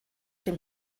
dem